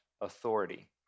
authority